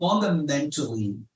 fundamentally